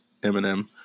Eminem